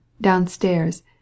downstairs